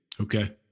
Okay